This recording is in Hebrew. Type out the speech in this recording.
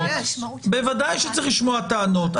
בוודאי שצריך לשמוע טענות,